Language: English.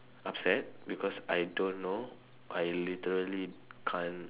upset because I don't know I literally can't